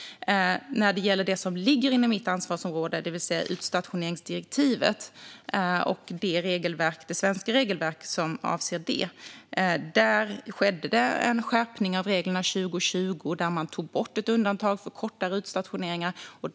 När det gäller det som ligger inom mitt ansvarsområde, det vill säga utstationeringsdirektivet och det svenska regelverk som avser detta, skedde det en skärpning av reglerna 2020. Man tog då bort ett undantag för kortare utstationeringar.